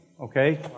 Okay